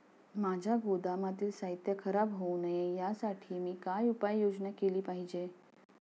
माझ्या गोदामातील साहित्य खराब होऊ नये यासाठी मी काय उपाय योजना केली पाहिजे?